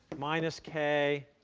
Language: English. minus k,